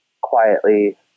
quietly